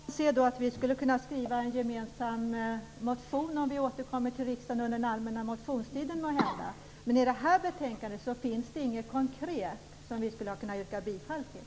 Herr talman! Jag kan se att vi skulle kunna skriva en gemensam motion om vi måhända återkommer till riksdagen under den allmänna motionstiden. Men i det här betänkandet finns det inget konkret som vi hade kunnat yrka bifall till.